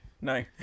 No